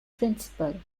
principal